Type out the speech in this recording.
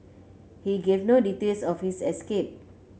he gave no details of his escape